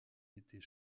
était